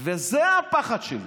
וזה הפחד שלי,